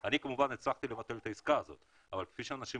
אני כמובן הצלחתי לבטל את העסקה הזאת אבל כפי שאנשים